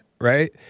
right